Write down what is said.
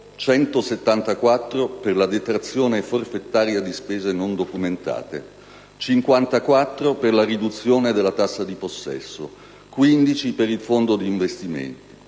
174 per la detrazione forfetaria di spese non documentate; 54 per la riduzione della tassa di possesso; 15 per il fondo d'investimento;